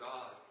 God